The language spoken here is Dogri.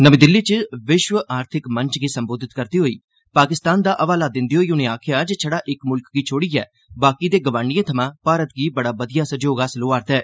नमीं दिल्ली च विश्व आर्थिक मंच गी संबोधित करदे होई पाकिस्तान दा हवाला दिंदे होई उनें गलाया जे छड़ा इक्क मुल्ख गी छोड़ियै बाकी दे गवांडिएं थमां भारत गी बड़ा बधिया सैह्योग हासल होआ'रदा ऐ